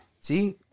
See